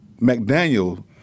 McDaniel